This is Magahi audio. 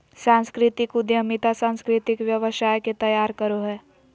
सांस्कृतिक उद्यमिता सांस्कृतिक व्यवसाय के तैयार करो हय